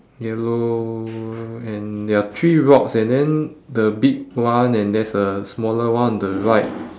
yellow and there are three rocks and then the big one and there's a smaller one on the right